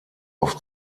auf